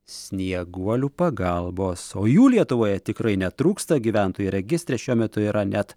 snieguolių pagalbos o jų lietuvoje tikrai netrūksta gyventojų registre šiuo metu yra net